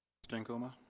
mr. ankuma